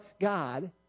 God